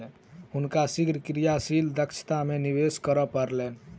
हुनका शीघ्र क्रियाशील दक्षता में निवेश करअ पड़लैन